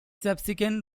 subsequent